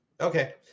Okay